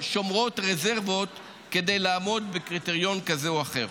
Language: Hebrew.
שומרות רזרבות כדי לעמוד בקריטריון כזה או אחר.